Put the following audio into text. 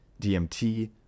DMT